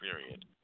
period